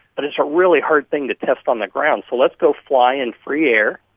and it's a really hard thing to test on the ground, so let's go fly in free air,